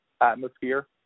atmosphere